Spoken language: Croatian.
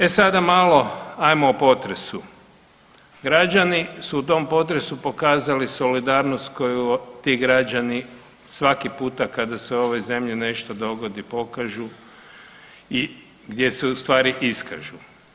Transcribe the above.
E sad malo ajmo o potresu, građani su u tom potresu pokazali solidarnost koju ti građani svaki puta kada se u ovoj zemlji nešto dogodi pokažu i gdje se ustvari iskažu.